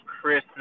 Christmas